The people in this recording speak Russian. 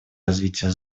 развитие